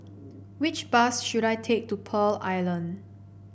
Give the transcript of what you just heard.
which bus should I take to Pearl Island